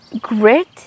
Grit